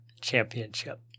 Championship